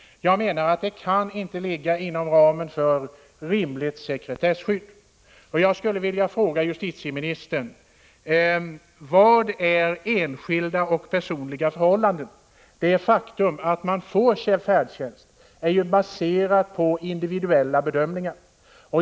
Jag menar att det inte kan ligga inom ramen för ett rimligt sekretesskydd. Jag skulle vilja fråga justitieministern: Vad är ”enskilds personliga förhållanden”? Det faktum att man får färdtjänst är ju baserat på individuella bedömningar.